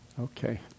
Okay